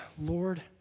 Lord